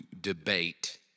debate